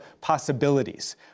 possibilities